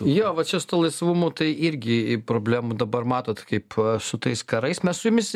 jo va čia su tuo laisvumu tai irgi problemų dabar matot kaip su tais karais mes su jumis